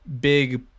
big